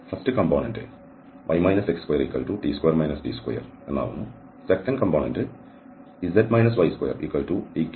first component y x2t2 t2 second component z y2t3 t4